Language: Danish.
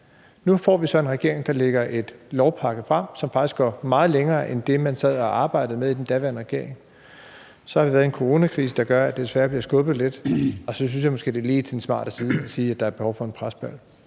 Nu har vi så en regering, der lægger en lovpakke frem, som faktisk går meget længere end det, man sad og arbejdede med i den daværende regering. Så har vi været i en coronakrise, der desværre har gjort, at det bliver skubbet lidt, og så synes jeg måske, det er lige til den smarte side at sige, at der er behov for en presbal.